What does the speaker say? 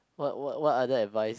what what what other advice